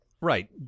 Right